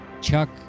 Chuck